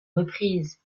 reprise